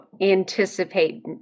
anticipate